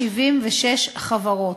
176 חברות,